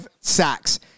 sacks